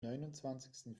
neunundzwanzigsten